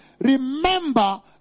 remember